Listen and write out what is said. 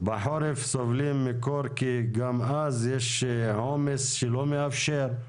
בחורף סובלים מקור כי גם אז יש עומס שלא מאפשר,